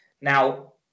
Now